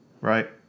right